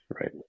Right